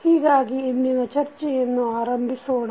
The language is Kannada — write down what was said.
ಹೀಗಾಗಿ ಇಂದಿನ ಚರ್ಚೆಯನ್ನು ಆರಂಭಿಸೋಣ